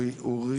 שלום,